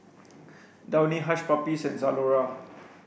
Downy Hush Puppies and Zalora